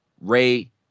Ray